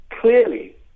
clearly